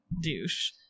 Douche